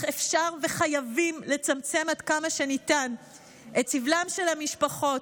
אך אפשר וחייבים לצמצם עד כמה שניתן את סבלן של המשפחות,